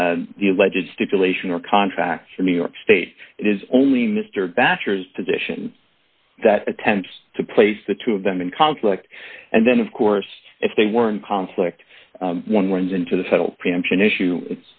with the alleged stipulation or contract for new york state is only mr basters position that attempts to place the two of them in conflict and then of course if they were in conflict one runs into the federal preemption issue